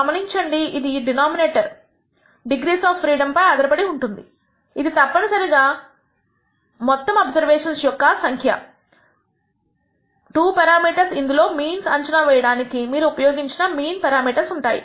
గమనించండి ఇది denominator degrees of freedom పై ఆధారపడి ఉంటుంది ఇది తప్పనిసరిగా గా మొత్తం అబ్సర్వేషన్స్ యొక్క సంఖ్య 2 పేరామీటర్స్ ఇందులో మీన్స్ అంచనా వేయడానికి మీరు ఉపయోగించిన మీన్ పేరామీటర్స్ ఉన్నాయి